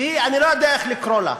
שהיא, אני לא יודע איך לקרוא לה,